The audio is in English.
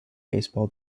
baseball